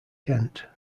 kent